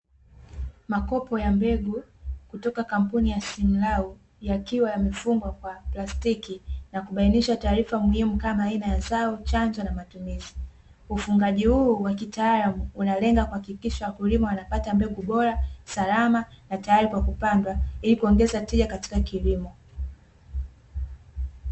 Makopo ya mbegu kutoka kampuni ya (Simlaw) yakiwa yamefungwa kwa plastiki na kubainisha taarifa muhimu kama aina ya zao, chanzo na matumizi. Ufungaji huu wa kitaalamu, unalenga kuhakikisha wakulima wanapata mbegu bora, salama na tayari kwa kupandwa hili kuongeza tija katika kilimo.